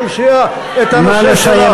כל סיעה את הנושא שלה?